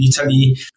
Italy